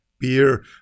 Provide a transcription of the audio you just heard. Beer